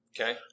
Okay